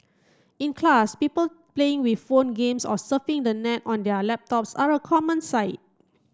in class people playing with phone games or surfing the net on their laptops are a common sight